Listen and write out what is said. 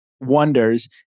wonders